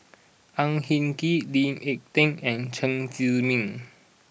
Au Hing Yee Lee Ek Tieng and Chen Zhiming